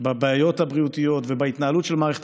בבעיות הבריאותיות ובהתנהלות של מערכת